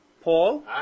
Paul